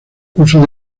curso